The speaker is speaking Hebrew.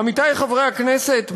עמיתי חברי הכנסת,